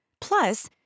Plus